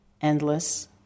endless